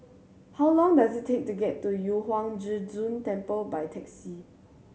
how long does it take to get to Yu Huang Zhi Zun Temple by taxi